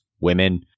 women